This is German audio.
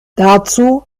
dazu